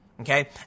Okay